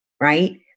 right